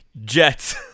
Jets